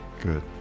Good